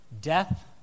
Death